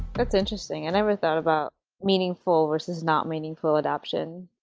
that's interesting. i never thought about meaningful versus not meaningful adoption.